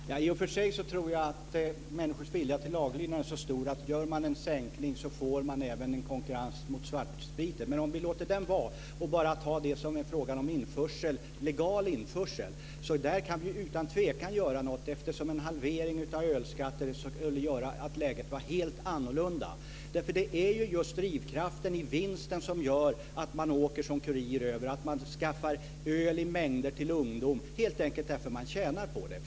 Fru talman! I och för sig tror jag att människors vilja till laglydnad är så stor att genomför man en sänkning får man också en konkurrens mot svartspriten. Men också om vi låter den delen vara och bara tar upp frågan om legal införsel så kan vi utan tvekan göra något. En halvering av ölskatten skulle göra att läget blev helt annorlunda. Det är ju just drivkraften i fråga om vinsten som gör att man åker över som kurir och skaffar öl i mängder till ungdomar. Det är helt enkelt för att man tjänar på det.